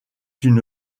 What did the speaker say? une